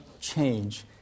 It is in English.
change